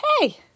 hey